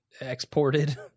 exported